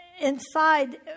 inside